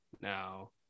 now